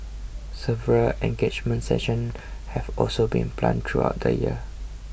several engagement sessions have also been planned throughout the year